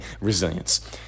resilience